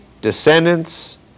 descendants